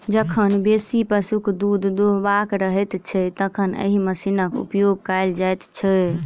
जखन बेसी पशुक दूध दूहबाक रहैत छै, तखन एहि मशीनक उपयोग कयल जाइत छै